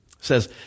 says